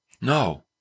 no